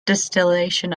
distillation